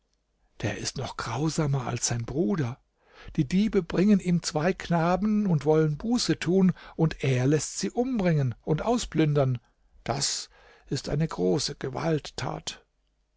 der ist noch grausamer als sein bruder die diebe bringen ihm zwei knaben und wollen buße tun und er läßt sie umbringen und ausplündern das ist eine große gewalttat